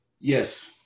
Yes